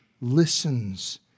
listens